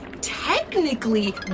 technically